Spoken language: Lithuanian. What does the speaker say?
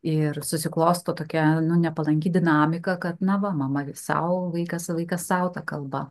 ir susiklosto tokia nepalanki dinamika kad na va mama sau vaikas vaikas sau ta kalba